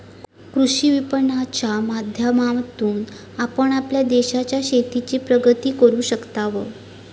कृषी विपणनाच्या माध्यमातून आपण आपल्या देशाच्या शेतीची प्रगती करू शकताव